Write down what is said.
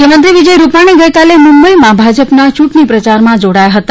મુખ્યમંત્રી વિજય રૂપાણી ગઇકાલે મુંબઈમાં ભાજપના યૂંટણી પ્રચારમાં જોડાયા હતા